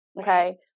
Okay